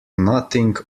nothing